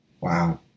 Wow